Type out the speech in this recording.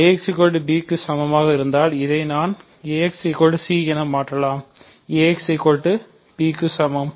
ax b க்கு சமமாக இருந்தால் இதை நான் ax c என மாற்றலாம் axb சமம்